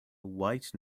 white